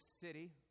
City